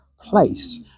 place